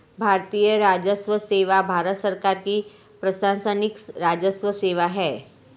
भारतीय राजस्व सेवा भारत सरकार की प्रशासनिक राजस्व सेवा है